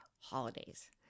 holidays